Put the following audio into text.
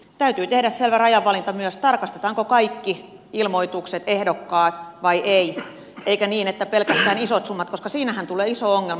täytyy tehdä selvä rajanvalinta myös tarkastetaanko kaikki ilmoitukset ehdokkaat vai ei eikä niin että pelkästään isot summat koska siinähän tulee iso ongelma